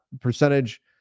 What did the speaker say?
percentage